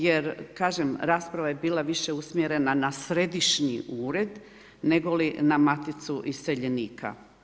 Jer kažem, rasprava je bila više usmjerena na središnji ured nego li na Maticu iseljenika.